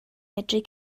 medru